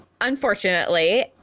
unfortunately